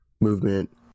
movement